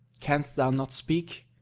canst thou not speak?